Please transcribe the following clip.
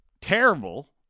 terrible